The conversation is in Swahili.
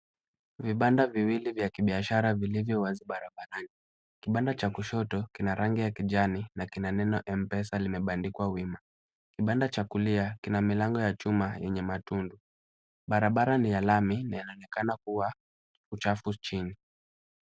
Vibanda viwili vya kibiashara vilivyo wazi barabarani. Kibanda cha kushoto kina rangi ya kijani na kina neno M-Pesa limebandikwa wima. Kibanda cha kulia kina milango ya chuma yenye matundu. Barabara ni ya lami yanaonekana kuwa uchafu chini.